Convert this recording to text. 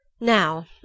Now